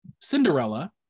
Cinderella